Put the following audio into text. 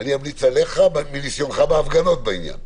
אני אמליץ עליך מניסיונך בהפגנות בעניין.